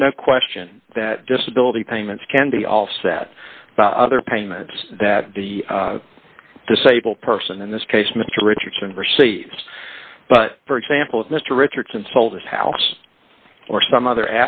there's no question that disability payments can be offset by other payments that the disabled person in this case mr richardson receives but for example if mr richardson sold his house or some other